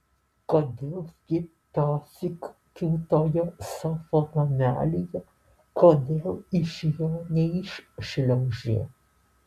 kodėl ji tąsyk kiūtojo savo namelyje kodėl iš jo neiššliaužė